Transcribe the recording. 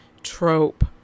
trope